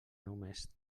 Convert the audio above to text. només